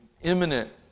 imminent